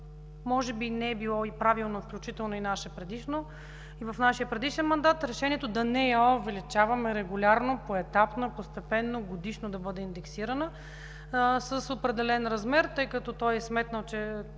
може би не е било и правилно, включително и в нашия предишен мандат, решението да не увеличаваме регулярно, поетапно, постепенно, годишно да бъде индексирана с определен размер, тъй като е изчислено, че